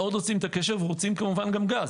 מאוד רוצים את הקשר וכמובן רוצים גם גז.